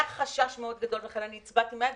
היה חשש מאוד גדול, ולכן הצבעתי נגד כבר מהתחלה,